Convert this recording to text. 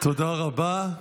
תודה רבה.